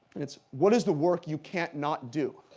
it's what is the work you can't not do?